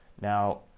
Now